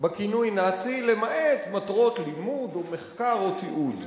בכינוי "נאצי" למעט מטרות לימוד, מחקר או תיעוד.